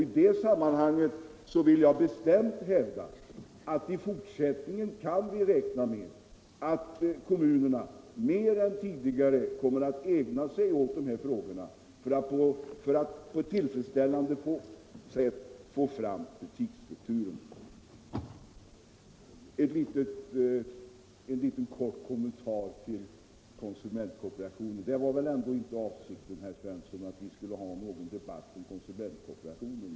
I det sammanhanget vill jag bestämt hävda att i fortsättningen kan vi räkna med att kommunerna mer än tidigare kommer att ägna sig åt de här frågorna för att få fram en tillfredsställande butiksstruktur. En kort kommentar om konsumentkooperationen. Det var väl ändå inte avsikten, herr Svensson, att vi skulle ha någon debatt om konsumentkooperationen.